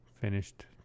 finished